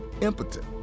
impotent